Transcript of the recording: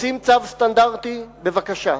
רוצים צו סטנדרטי, בבקשה.